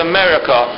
America